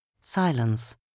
Silence